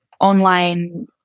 online